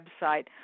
website